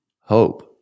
hope